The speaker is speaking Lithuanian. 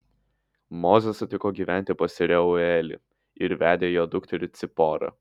mozė sutiko gyventi pas reuelį ir vedė jo dukterį ciporą